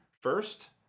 first